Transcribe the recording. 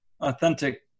authentic